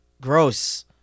Gross